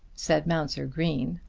said mounser green.